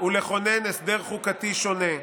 ולכונן הסדר חוקתי שונה".